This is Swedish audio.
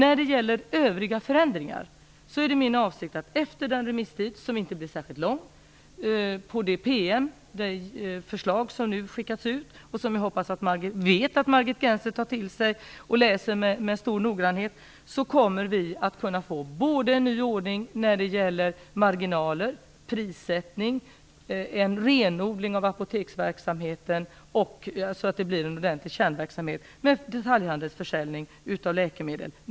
När det gäller övriga förändringar är det min avsikt att efter remisstiden - som inte blir särskilt lång - för den PM med förslag som nu har skickats ut och som jag vet att Margit Gennser kommer att läsa med stor noggrannhet, åstadkomma såväl en ny ordning när det gäller marginaler och prissättning som en renodling av apoteksverksamheten, så att det blir en ordentlig kärnverksamhet med detaljhandelsförsäljning av läkemedel.